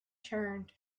turned